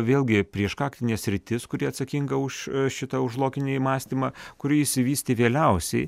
vėlgi prieš kaktinė sritis kuri atsakinga už šitą už loginį mąstymą kuri išsivystė vėliausiai